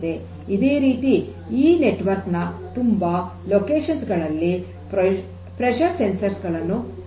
ಇದೇ ರೀತಿ ಈ ನೆಟ್ವರ್ಕ್ ನ ತುಂಬಾ ಸ್ಥಳಗಳಲ್ಲಿ ಒತ್ತಡ ಸಂವೇದಕಗಳನ್ನು ಇಡಲಾಗಿದೆ